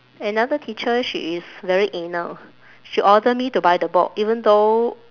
another teacher she is very anal she order me to buy the book even though